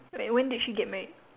like when did she get married